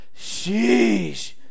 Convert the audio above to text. sheesh